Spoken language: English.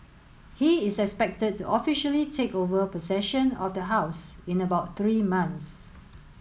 he is expected to officially take over possession of the house in about three months